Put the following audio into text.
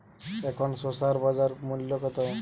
এখন শসার বাজার মূল্য কত?